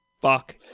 Fuck